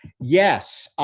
yes.